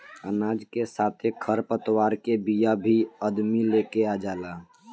अनाज के साथे खर पतवार के बिया भी अदमी लेके आ जाला